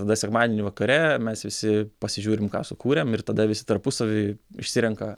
tada sekmadienį vakare mes visi pasižiūrim ką sukūrėm ir tada visi tarpusavy išsirenka